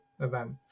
event